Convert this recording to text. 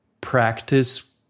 practice